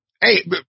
hey